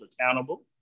accountable